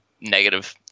negative